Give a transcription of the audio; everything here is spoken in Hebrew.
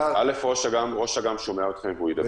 ראש אג"ם שומע אתכם והוא ידבר גם.